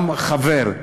גם חבר,